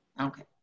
okay